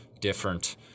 different